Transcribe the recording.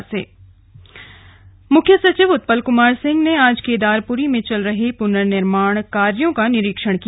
slug CS Kedarpuri मुख्य सचिव उत्पल कुमार ने आज केदारपुरी में चल रहे पुनर्निर्माण कार्यो का निरीक्षण किया